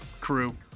Crew